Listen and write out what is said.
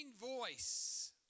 voice